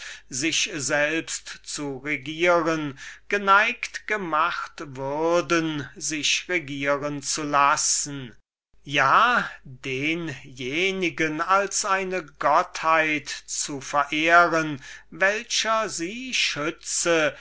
sich selbst zu regieren geneigt gemacht würden sich regieren zu lassen ja denjenigen als eine gegenwärtige gottheit zu verehren welcher sie schütze